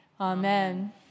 Amen